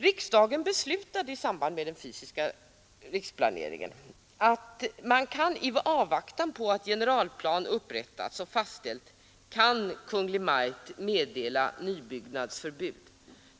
Riksdagen beslutade i samband med den fysiska riksplaneringen att, i avvaktan på att generalplan upprättas och fastställs, Kungl. Maj:t kan meddela nybyggnadsförbud.